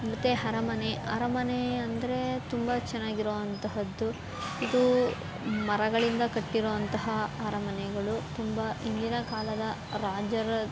ಮತ್ತು ಅರಮನೆ ಅರಮನೆ ಅಂದರೆ ತುಂಬ ಚೆನ್ನಾಗಿರುವಂತಹದ್ದು ಇದು ಮರಗಳಿಂದ ಕಟ್ಟಿರುವಂತಹ ಅರಮನೆಗಳು ತುಂಬ ಹಿಂದಿನ ಕಾಲದ ರಾಜರ